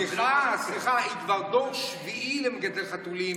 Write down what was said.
סליחה, סליחה, היא כבר דור שביעי למגדלי חתולים.